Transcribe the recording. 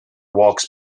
walks